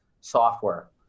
software